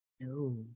No